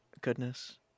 Goodness